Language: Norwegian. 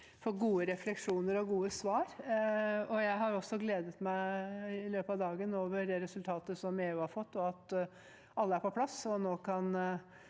for gode refleksjoner og gode svar. Jeg har også gledet meg i løpet av dagen over det resultatet som EU har fått, at alle er på plass og nå kan